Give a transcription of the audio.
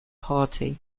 party